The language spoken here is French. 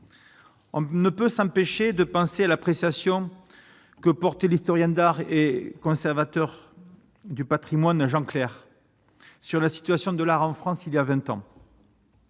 on ne peut s'empêcher de penser à l'appréciation que porte l'historien d'art et conservateur du Patrimoine Jean clair sur la situation de l'art en France, il y a 20 ans.